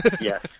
Yes